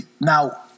Now